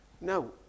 no